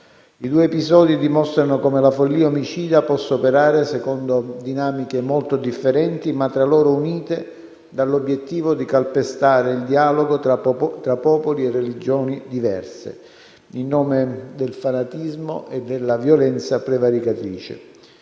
I due episodi dimostrano come la follia omicida possa operare secondo dinamiche molto differenti, ma tra loro unite dall'obiettivo di calpestare il dialogo tra popoli e religioni diverse in nome del fanatismo e della violenza prevaricatrice.